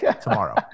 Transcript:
tomorrow